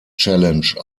challenge